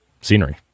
scenery